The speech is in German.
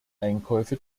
einkäufe